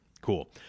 Cool